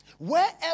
Wherever